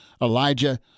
Elijah